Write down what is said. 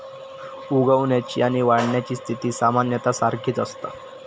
उगवण्याची आणि वाढण्याची स्थिती सामान्यतः सारखीच असता